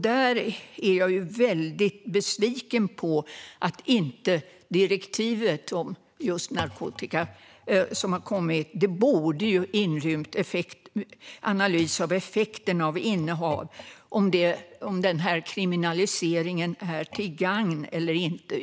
Där är jag väldigt besviken, för det direktiv som kom borde ha innehållit en analys av effekterna av innehav och om kriminaliseringen är till gagn eller inte.